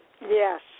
Yes